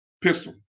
pistol